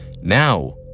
Now